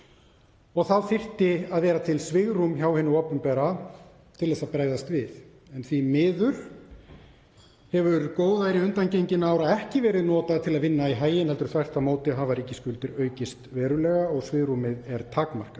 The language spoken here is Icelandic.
og þá þyrfti að vera til svigrúm hjá hinu opinbera til að bregðast við, en því miður hefur góðæri undangenginna ára ekki verið notað til að vinna í haginn heldur þvert á móti hafa ríkisskuldir aukist verulega og svigrúmið er takmarkað.